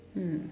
mm